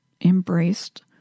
embraced